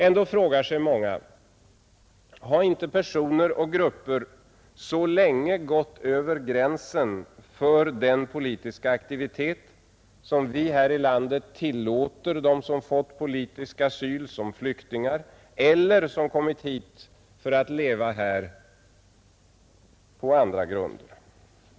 Ändå frågar sig många: Har inte personer och grupper så länge gått över gränsen för den politiska aktivitet som vi här i landet tillåter dem som fått politisk asyl som flyktingar eller som kommit hit för att leva här på andra grunder?